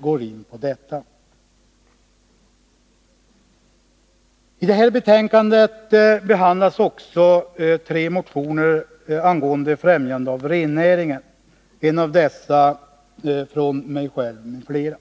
går in på detta. I betänkandet behandlas också tre motioner angående främjandet av rennäringen, en av dessa från mig själv m.fl.